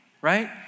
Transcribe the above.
right